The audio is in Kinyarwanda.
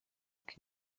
uko